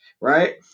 right